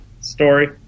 story